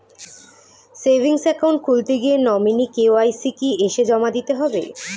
Savings account খুলতে গিয়ে nominee KYC কি এসে জমা দিতে হবে?